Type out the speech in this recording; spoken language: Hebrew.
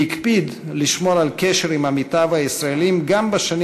והקפיד לשמור על קשר עם עמיתיו הישראלים גם בשנים